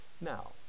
Now